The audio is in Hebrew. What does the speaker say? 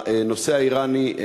הנושא האיראני,